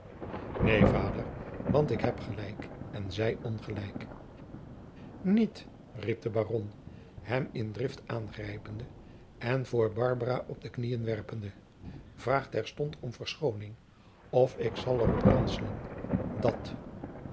neen vader want ik heb gelijk en zij ongelijk niet riep de baron hem in drift aangrijpende en voor barbara op de knieën werpende vraag terstond om verschooning of ik zal er op ranselen dat